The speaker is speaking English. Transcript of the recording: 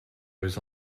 was